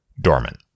dormant